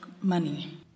money